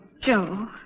Joe